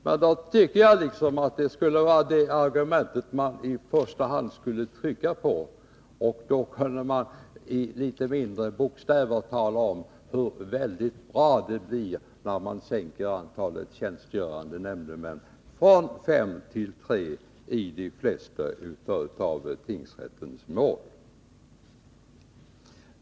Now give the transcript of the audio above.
Men då tycker jag att man i första hand skulle trycka på det argumentet och med litet mindre bokstäver tala om hur väldigt bra det blir när man sänker antalet tjänstgörande nämndemän från fem till tre vid de flesta av tingsrätternas mål.